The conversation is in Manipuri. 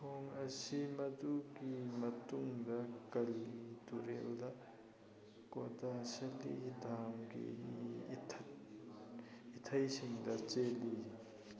ꯈꯣꯡ ꯑꯁꯤ ꯃꯗꯨꯒꯤ ꯃꯇꯨꯡꯗ ꯀꯂꯤ ꯇꯨꯔꯦꯜꯗ ꯀꯣꯗꯥꯁꯗꯤ ꯗꯥꯝꯒꯤ ꯏꯊꯩꯁꯤꯡꯗ ꯆꯦꯜꯂꯤ